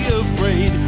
afraid